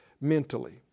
mentally